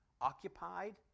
Occupied